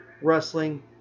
wrestling